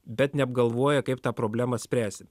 bet neapgalvoję kaip tą problemą spręsim